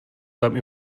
tam